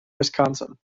wisconsin